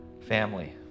family